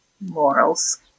morals